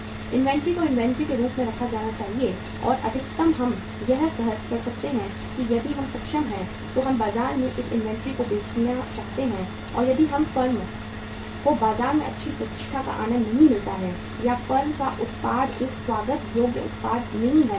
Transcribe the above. inventory को inventory के रूप में रखा जाना चाहिए और अधिकतम हम यह कर सकते हैं कि यदि हम सक्षम हैं तो हम बाजार में इस इन्वेंट्री को बेचना चाहते हैं और यदि फर्म को बाजार में अच्छी प्रतिष्ठा का आनंद नहीं मिलता है या फर्म का उत्पाद एक स्वागत योग्य उत्पाद नहीं है बाजार